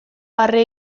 barre